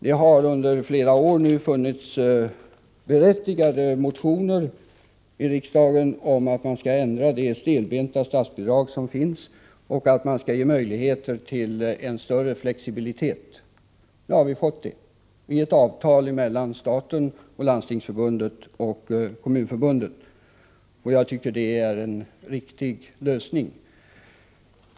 Det har nu under flera år förekommit berättigade motioner i riksdagen om att man skall ändra de stelbenta regler för statsbidraget som nu finns och att man skall ge möjligheter till en större flexibilitet. Nu har vi nått det resultatet i ett avtal mellan staten samt Landstingsförbundet och Kommunförbundet. Jag tycker att det är en riktig lösning.